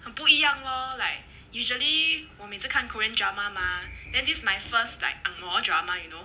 很不一样 lor like usually 我每次看 korean drama mah then this is my first like ang moh drama you know